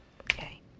Okay